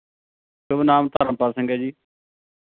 ਸ਼ੁਭ ਨਾਮ ਧਰਮਪਾਲ ਸਿੰਘ ਹੈ ਜੀ